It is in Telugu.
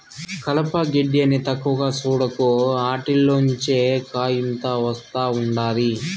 కలప, గెడ్డి అని తక్కువగా సూడకు, ఆటిల్లోంచే కాయితం ఒస్తా ఉండాది